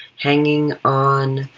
hanging on,